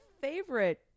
favorite